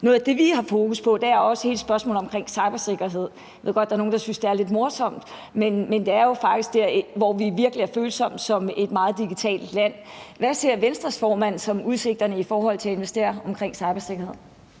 Noget af det, vi har fokus på, er også hele spørgsmålet om cybersikkerhed. Jeg ved godt, at der er nogle, der synes, det er lidt morsomt, men det er jo faktisk der, vi som et meget digitalt land virkelig er følsomme. Hvad ser Venstres formand som udsigterne i forhold til at investere i cybersikkerhed?